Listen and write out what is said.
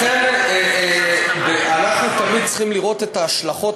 לכן אנחנו תמיד צריכים לראות את ההשלכות